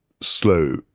slow